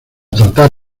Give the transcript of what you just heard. tratar